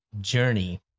journey